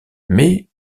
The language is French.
mais